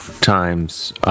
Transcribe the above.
times